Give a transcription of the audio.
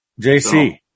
JC